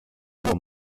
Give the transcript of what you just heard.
uhr